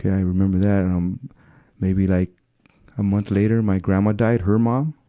yeah i remember that. and um maybe like a month later, my grandma died. her mom,